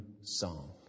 song